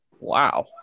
Wow